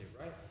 right